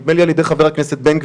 נדמה לי על ידי חבר הכנסת בן גביר,